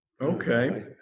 Okay